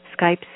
Skype